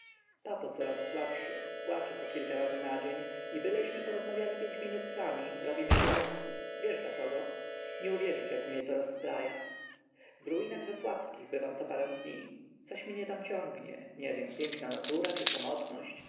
dalej papo coraz słabszy płacze po kilka razy na dzień i byleśmy porozmawiali pięć minut sami robi mi wymówki wiesz za kogo nie uwierzysz jak mnie to rozstraja w ruinach zasławskich bywam co parę dni coś mnie tam ciągnie nie wiem piękna natura czy samotność